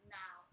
now